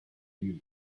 view